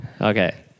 Okay